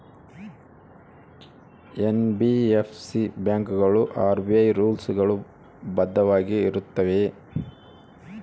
NBFC ಬ್ಯಾಂಕುಗಳು RBI rules ಗಳು ಬದ್ಧವಾಗಿ ಇರುತ್ತವೆಯ?